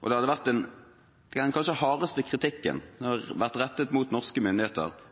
og det hadde vært kanskje den hardeste kritikken som har vært rettet mot norske myndigheter